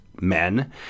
Men